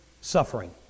suffering